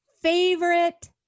favorite